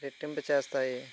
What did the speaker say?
రెట్టింపు చేస్తాయి